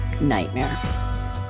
nightmare